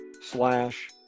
slash